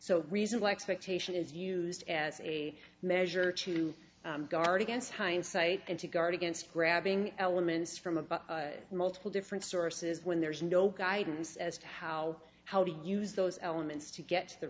so reasonable expectation is used as a measure to guard against hindsight and to guard against grabbing elements from multiple different sources when there's no guidance as to how how do you use those elements to get the